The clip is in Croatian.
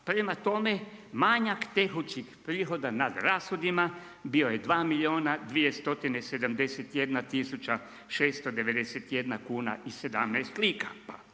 prema tome manjak tekućih prihoda nad rashodima, bio je 2 milijuna 271 tisuća 691 kuna i 17 lipa.